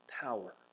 Power